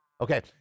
Okay